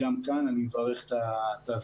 גם כאן אני מברך את הוועדה.